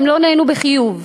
הם לא נענו בחיוב.